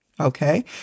Okay